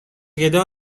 گدا